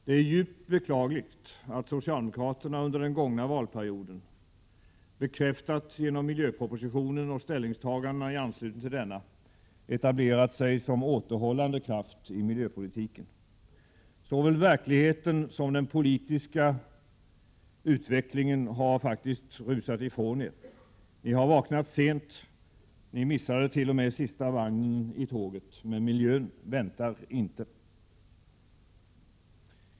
Det är djupt beklagligt att socialdemokraterna under den gångna valperioden, bekräftat genom miljöpropositionen och ställningstagandena i anslutning till denna, etablerat sig som återhållande kraft i miljöpolitiken. Såväl verkligheten som den politiska utvecklingen har rusat ifrån er. Ni har vaknat sent. Ni missade t.o.m. sista vagnen i tåget, men miljön väntar inte.